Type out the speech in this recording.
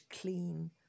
clean